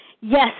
Yes